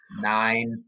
nine